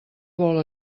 vol